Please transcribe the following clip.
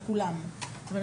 אולי